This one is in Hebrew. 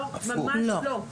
לא, ממש לא.